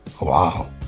Wow